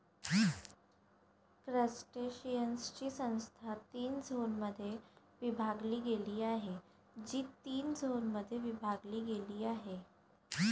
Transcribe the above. क्रस्टेशियन्सची संस्था तीन झोनमध्ये विभागली गेली आहे, जी तीन झोनमध्ये विभागली गेली आहे